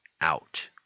out